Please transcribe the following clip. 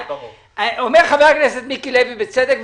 אומר חבר הכנסת מיקי לוי בצדק,